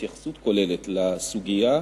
התייחסות כוללת לסוגיה,